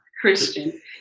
Christian